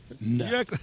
No